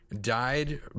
died